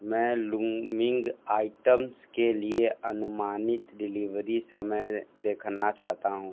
मैं looming items के लिए अनुमानित डिलीवरी समय देखना चाहता हूँ